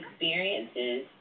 experiences